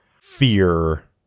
fear